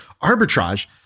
arbitrage